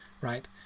right